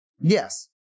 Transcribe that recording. yes